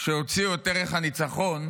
שהוציאו את דרך הניצחון,